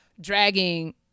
dragging